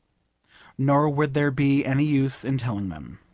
nor would there be any use in telling them.